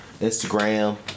Instagram